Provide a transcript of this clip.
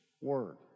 word